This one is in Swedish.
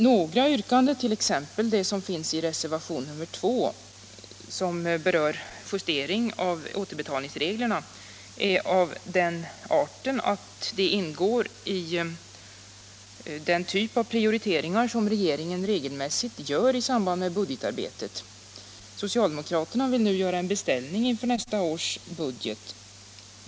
Några yrkanden, t.ex. det i reservationen 2 angående en justering i återbetalningsreglerna, är av den arten att de ingår i den typ av prioriteringar som regeringen regelmässigt gör i samband med budgetarbetet. Socialdemokraterna vill nu göra en beställning inför nästa års budget.